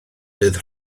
bydd